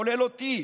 כולל אני,